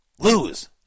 lose